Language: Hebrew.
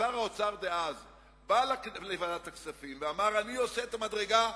ושר האוצר דאז בא לוועדת הכספים ואמר: אני עושה את המדרגה,